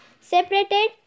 separated